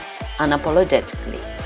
unapologetically